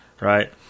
Right